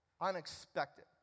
Unexpected